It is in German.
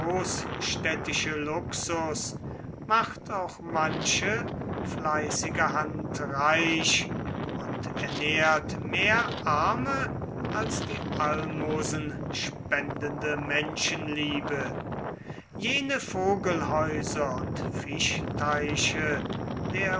großstädtische luxus macht auch manche fleißige hand reich und ernährt mehr arme als die almosenspendende menschenliebe jene vogelhäuser und fischteiche der